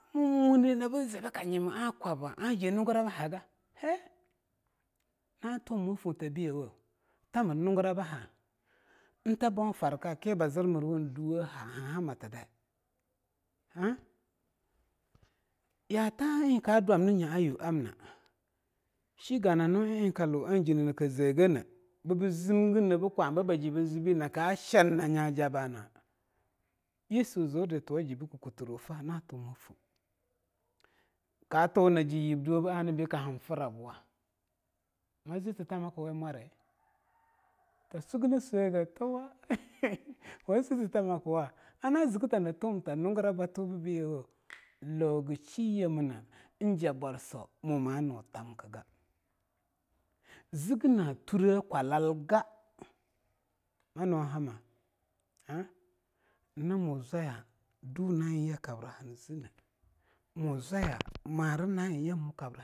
Mo mwunde na b zibknyimu ang kwaba, angiji nunguraba haga he na tuwamwafo ta biyawo ang mr nunguraba ha ta bonfarka biba zrmrwun duwe'ea ha hanhamatdei ang ya taeye eing ka dwamninya'ayu amna shigana nu'a eing kalu na naka ze ganei bbzmge na bna kwabbaje bbzbei na ka shin na nyajabana yesu ziuda a tuwaje bkkutrweh fa na tuwa fon ka tona yibduwebe anabei ka hanfrabwa? ma zttamakwi mwari ta sugnseige tuwa ehe ba sustatamakwa? ana zkkai ta ntuwamta nungurab batubbayewo luga shiyemuna n'jabwarsawa mo mano tamkga, zgna ture kwalalga ma nuwonhama ahnyina mo zwaya do na'a eing yakabra hanzne, mo zwaya marna'a eing ya mo kab.